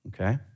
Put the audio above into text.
okay